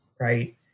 right